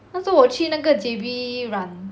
那时候我去那个 J_B 染